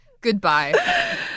Goodbye